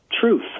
truth